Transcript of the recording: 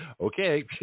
Okay